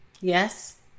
Yes